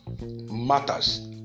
matters